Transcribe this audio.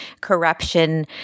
corruption